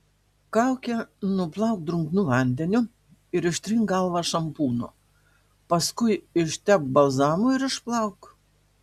kaukę nuplauk drungnu vandeniu ir ištrink galvą šampūnu paskui ištepk balzamu ir išplauk